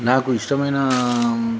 నాకు ఇష్టమైన